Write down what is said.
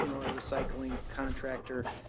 and our recycling contractor.